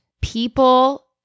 people